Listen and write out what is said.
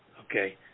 okay